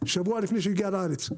שבוע לפני שהגיע לארץ,